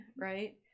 Right